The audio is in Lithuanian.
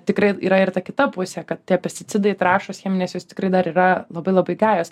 tikrai yra ir ta kita pusė kad tie pesticidai trąšos cheminės jos tikrai dar yra labai labai gajos